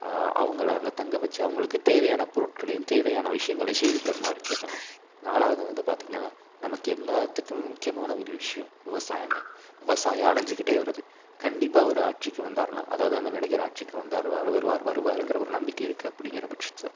அவங்களை அங்கே தங்க வைச்சி அவங்களுக்கு தேவையான பொருட்களையும் தேவையான விஷயங்களையும் செய்து தருமாறு கேட்பேங்க நாலாவதாக வந்து பார்த்திங்கன்னா நமக்கு எல்லாத்துக்கும் முக்கியமான ஒரு விஷயம் விவசாயம்ங்க விவசாயம் அழிஞ்சிக்கிட்டே வருது கண்டிப்பாக அவர் ஆட்சிக்கு வந்தாருன்னா அதாவது அந்த நடிகர் ஆட்சிக்கு வந்தார் வருவார் வருவாருங்கிற ஒரு நம்பிக்கை இருக்குது அப்படிங்கிற பட்சத்தில்